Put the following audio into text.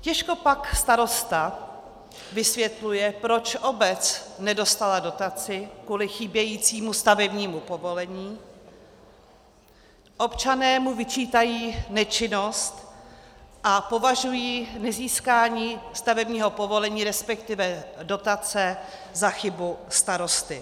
Těžko pak starosta vysvětluje, proč obec nedostala dotaci kvůli chybějícímu stavebnímu povolení, občané mu vyčítají nečinnost a považují nezískání stavebního povolení, resp. dotace za chybu starosty.